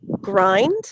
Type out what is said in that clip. grind